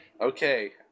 okay